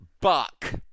Buck